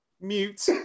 Mute